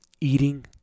eating